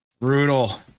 Brutal